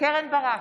קרן ברק,